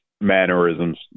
mannerisms